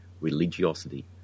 religiosity